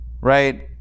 right